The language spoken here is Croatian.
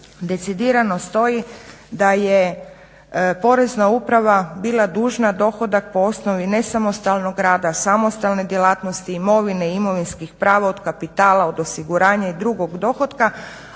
decidirano stoji da je Porezna uprava bila dužna dohodak po osnovi nesamostalnog rada, samostalne djelatnosti, imovine i imovinskih prava od kapitala, od osiguranja i drugog dohotka,